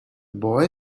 boy